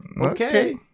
okay